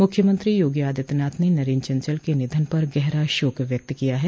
मुख्यमंत्री योगी आदित्यनाथ ने नरेन्द्र चंचल के निधन पर गहरा शोक व्यक्त किया है